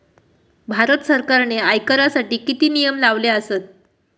भारत सरकारने आयकरासाठी किती नियम लावले आसत?